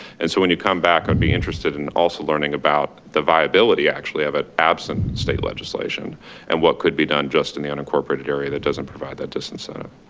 and so when you come back, i'd be interested in also learning about the viability actually of it absent state legislation and what could be done just in the unincorporated area that doesn't provide that disincentive.